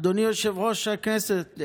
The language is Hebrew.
אדוני יושב-ראש הכנסת,